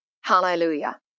Hallelujah